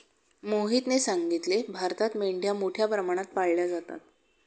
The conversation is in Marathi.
मोहितने सांगितले, भारतात मेंढ्या मोठ्या प्रमाणात पाळल्या जातात